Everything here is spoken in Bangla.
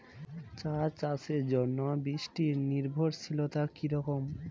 চা চাষের জন্য বৃষ্টি নির্ভরশীলতা কী রকম?